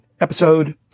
episode